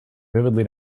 vividly